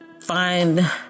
find